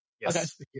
yes